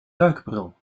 duikbril